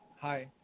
Hi